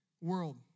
world